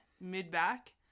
mid-back